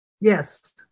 Yes